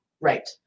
Right